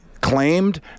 claimed